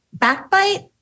backbite